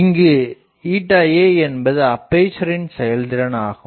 இங்கு a என்பது அப்பேசரின் செயல்திறன் ஆகும்